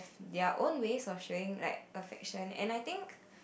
their own ways of showing like affection and I think